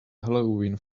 halloween